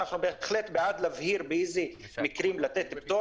אנחנו בהחלט בעד להבהיר באיזה מקרים לתת פטור